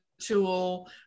tool